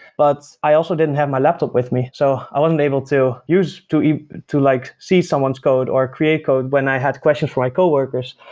but i also didn't have my laptop with me, so i wasn't able to use to to like see someone's code, or create code when i had question for my co-workers.